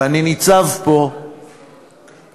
ואני ניצב פה ומתרגש,